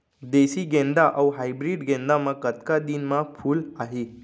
देसी गेंदा अऊ हाइब्रिड गेंदा म कतका दिन म फूल आही?